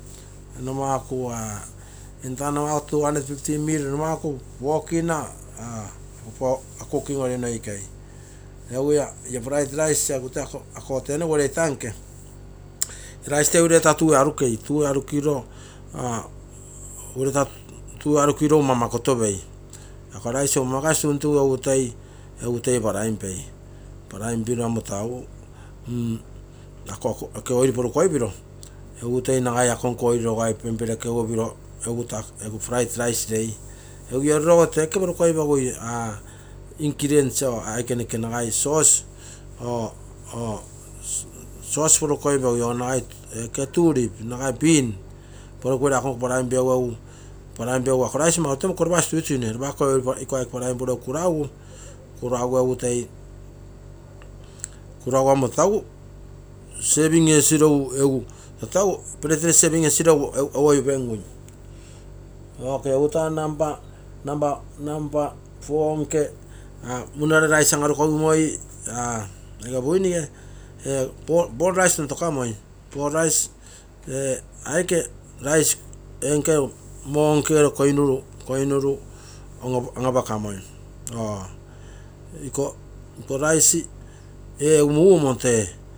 Numaku twenty-five ml four kina cooking oil noikei, egu ia fried rice urei rice tuue aru kiro kuragu egu serving etegui sauspan mugupage mamake ugu, egu oil porukoipegu siropiro penperekegu egu fried rice rei tee ingredients porukoipegui nagai sauce, nagai tulip, bean, iko nko. Iko mau egu serving ogiro egu oipengui ok egu taa namba four ege buinige iko rice ball tontokamai iko egu mugomoto.